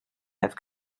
have